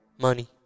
Money